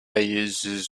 uses